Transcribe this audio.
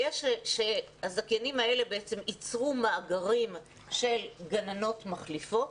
שהזכיינים האלה בעצם יצרו מאגרים של גננות מחליפות.